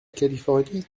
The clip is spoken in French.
californie